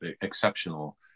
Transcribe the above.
exceptional